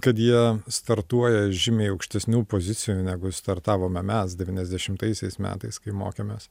kad jie startuoja žymiai aukštesnių pozicijų negu startavome mes devyniasdešimtaisiais metais kai mokėmės